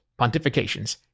pontifications